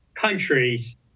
countries